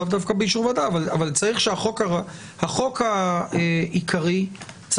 לאו דווקא באישור ועדה אבל צריך שהחוק העיקרי יקבע